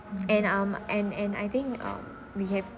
and um and and I think um we have